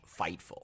Fightful